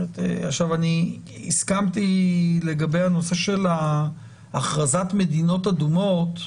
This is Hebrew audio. הסכמתי לגבי הנושא של הכרזת מדינות אדומות,